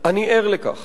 שאני ער לכך